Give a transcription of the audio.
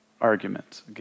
argument